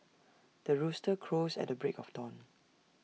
the rooster crows at the break of dawn